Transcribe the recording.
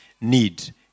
need